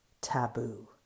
taboo